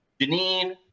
Janine